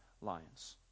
lions